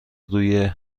روی